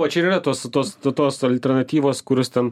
va čia ir yra tos tos tos alternatyvos kurias ten